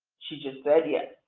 she just said yes.